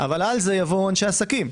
אבל על זה יבואו אנשי עסקים.